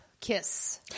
kiss